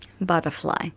Butterfly